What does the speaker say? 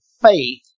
faith